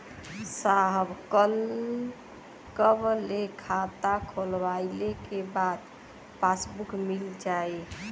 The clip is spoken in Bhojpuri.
साहब कब ले खाता खोलवाइले के बाद पासबुक मिल जाई?